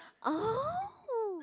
oh